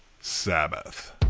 Sabbath